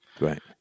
Right